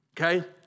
Okay